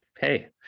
hey